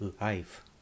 life